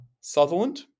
Sutherland